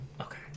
Okay